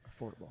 Affordable